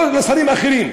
לא לשרים אחרים.